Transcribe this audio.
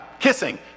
kissing